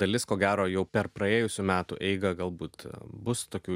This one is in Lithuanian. dalis ko gero jau per praėjusių metų eigą galbūt bus tokių